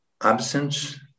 absence